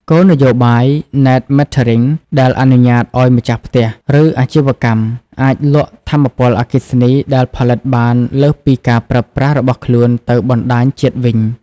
គោលនយោបាយ ណេត ម៉េតថឺរីង "Net Metering" ដែលអនុញ្ញាតឱ្យម្ចាស់ផ្ទះ ឬអាជីវកម្មអាចលក់ថាមពលអគ្គិសនីដែលផលិតបានលើសពីការប្រើប្រាស់របស់ខ្លួនទៅបណ្តាញជាតិវិញ។